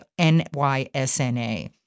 NYSNA